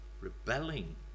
rebelling